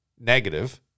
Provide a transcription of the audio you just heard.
negative